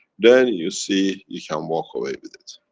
then you see you can walk away with it.